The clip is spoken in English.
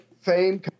fame